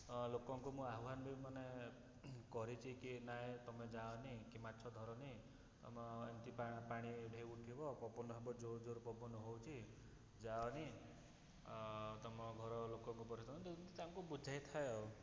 ଅ ଲୋକଙ୍କୁ ମୁଁ ଆହ୍ୱାନ ବି ମାନେ କରିଛି କି ନାଁଇ ତୁମେ ଯାଅନି କି ମାଛ ଧରନି ତୁମ ଏମିତି ପା ପାଣି ଢେଉ ଉଠିବ ପବନ ହବ ଜୋର ଜୋର ପବନ ହଉଛି ଯାଅନି ତୁମ ଘର ଲୋକଙ୍କୁ ତାଙ୍କୁ ବୁଝେଇଥାଏ ଆଉ